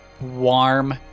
warm